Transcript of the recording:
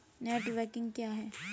Net banking क्या है?